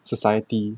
society